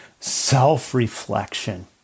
Self-reflection